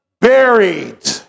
buried